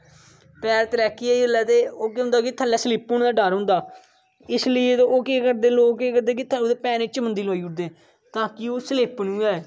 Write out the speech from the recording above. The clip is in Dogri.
पैर तलैह्की गै जिसलै ते ओह् केह् होंदा कि तल्ले स्लिप होने दा डंर होंदा इसलेई ते ओह् केह् करदे लोक केह् करदे कि ओहदे पेरे च चमुदी लुआई ओड़दे ताकि ओह् स्लिप ना होऐ